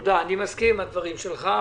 אני מסכים עם הדברים שלך.